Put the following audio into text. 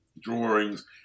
drawings